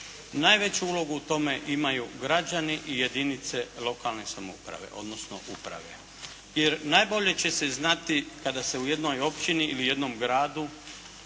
Najveću ulogu u tome imaju građani i jedinice lokalne samouprave, odnosno uprave. Jer, najbolje će se znati kada se u jednoj općini ili jednom gradu